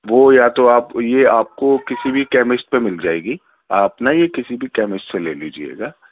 وہ یا تو آپ یہ آپ کو کسی بھی کیمسٹ پہ مل جائے گی آپ نا یہ کسی بھی کیمسٹ سے لے لیجیے گا